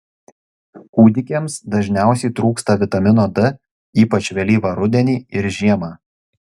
kūdikiams dažniausiai trūksta vitamino d ypač vėlyvą rudenį ir žiemą